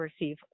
receive